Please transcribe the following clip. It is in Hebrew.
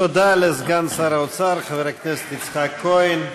תודה לסגן שר האוצר חבר הכנסת יצחק כהן.